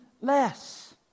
less